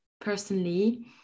personally